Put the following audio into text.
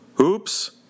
Oops